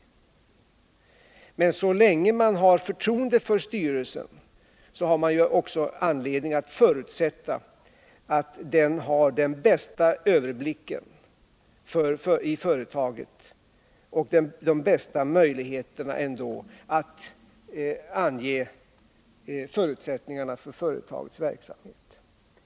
Men så länge man har förtroende för styrelsen har man också anledning att förutsätta att den har den bästa överblicken i företaget och de bästa möjligheterna att ange förutsättningarna för dess verksamhet.